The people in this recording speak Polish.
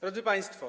Drodzy Państwo!